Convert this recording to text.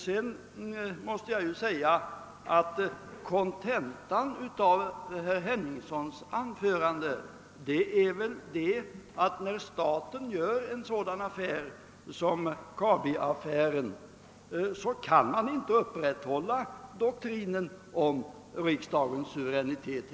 Kontentan av herr Henningssons anförande blir att det, när staten gör en affär såsom Kabiaffären, inte går att upprätthålla principen om riksdagens suveränitet.